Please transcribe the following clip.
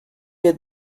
had